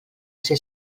ser